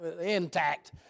intact